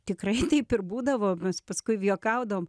tikrai taip ir būdavo mes paskui juokaudavom